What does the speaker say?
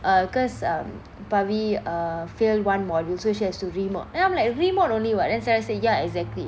err because um pavi uh fail one module so she has to re-mod then I'm like re-mod only [what] then sarah say ya exactly